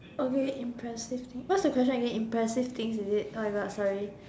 okay impressive what's the question again impressive things is it oh my god sorry